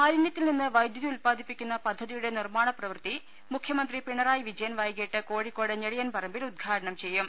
മാലിനൃത്തിൽ നിന്ന് വൈദ്യൂതി ഉൽപാദിപ്പിക്കുന്ന പദ്ധതി യുടെ നിർമ്മാണ പ്രവൃത്തി മുഖൃമന്ത്രി പിണറായി വിജയൻ വൈകീട്ട് കോഴിക്കോട് ഞെളിയൻ പറമ്പിൽ ഉദ്ഘാടനം ചെയ്യും